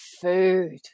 food